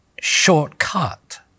shortcut